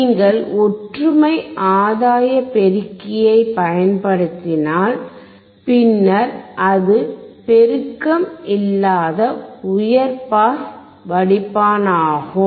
நீங்கள் ஒற்றுமை ஆதாய பெருக்கியை பயன்படுத்தினால் பின்னர் அது பெருக்கம் இல்லாத உயர் பாஸ் வடிப்பான் ஆகும்